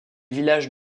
villages